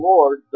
Lord